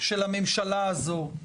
של הממשלה הזאת,